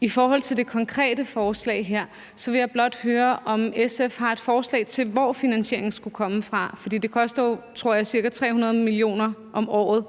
I forhold til det konkrete forslag her vil jeg blot høre, om SF har et forslag til, hvor finansieringen skulle komme fra. For det koster jo, tror jeg, ca. 300 mio. kr. om året.